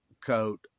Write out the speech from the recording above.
coat